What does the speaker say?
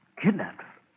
Kidnapped